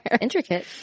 Intricate